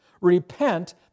repent